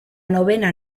novena